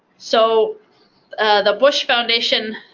so the bush foundation,